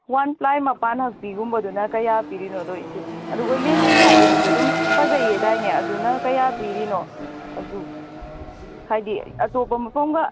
one ꯄ꯭ꯂꯥꯏ ꯃꯄꯥꯟ ꯍꯛꯄꯤꯒꯨꯝꯕꯗꯨꯅ ꯀꯌꯥ ꯄꯤꯔꯤꯅꯣꯗꯣ ꯏꯆꯦ ꯑꯗꯨꯒ ꯂꯦꯅꯤꯟ ꯍꯥꯏꯕꯗꯨꯁꯨ ꯑꯗꯨꯝ ꯐꯖꯩꯌꯦꯗꯥꯏꯅꯦ ꯑꯗꯨꯅ ꯀꯌꯥ ꯄꯤꯔꯤꯅꯣ ꯑꯗꯨ ꯍꯥꯏꯗꯤ ꯑꯇꯣꯞꯄ ꯃꯐꯝꯒ